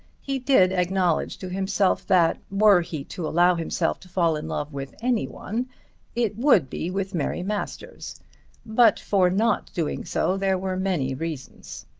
he did acknowledge to himself that were he to allow himself to fall in love with any one it would be with mary masters but for not doing so there were many reasons.